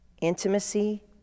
intimacy